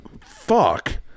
fuck